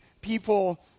people